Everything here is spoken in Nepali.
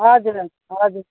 हजुर हजुर हजुर